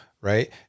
Right